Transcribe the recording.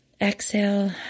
exhale